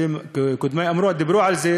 קודמי דיברו על זה,